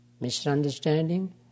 misunderstanding